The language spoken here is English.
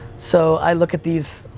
so i look at these,